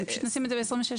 פשוט נשים את זה ב-26ב.